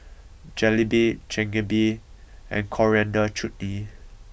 Jalebi Chigenabe and Coriander Chutney